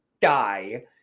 die